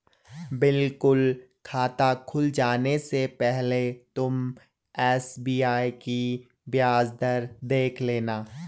बिल्कुल खाता खुल जाने से पहले तुम एस.बी.आई की ब्याज दर देख लेना